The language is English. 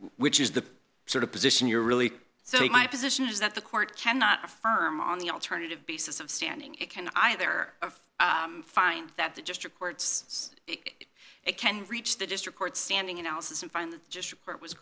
which is the sort of position you're really so you my position is that the court cannot affirm on the alternative basis of standing it can i there are find that the district courts it can reach the district court standing analysis and find that just report was